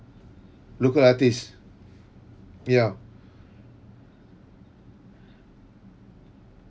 local artist ya